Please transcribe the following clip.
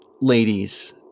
ladies